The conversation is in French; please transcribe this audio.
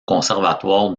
conservatoire